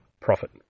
profit